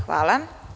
Hvala.